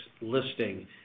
listing